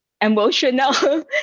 emotional